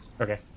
Okay